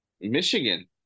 Michigan